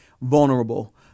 vulnerable